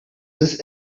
this